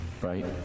right